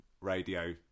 radio